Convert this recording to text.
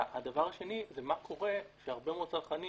בעיה שניה, מצב שבו צרכנים